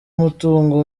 umutungo